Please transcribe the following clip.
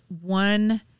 one